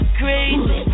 crazy